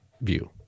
view